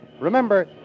Remember